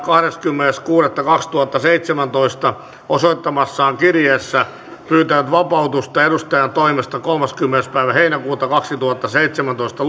kahdeskymmenes kuudetta kaksituhattaseitsemäntoista osoittamassaan kirjeessä pyytänyt vapautusta edustajantoimesta kolmaskymmenes seitsemättä kaksituhattaseitsemäntoista